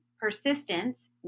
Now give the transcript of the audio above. persistence